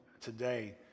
today